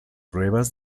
pruebas